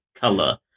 color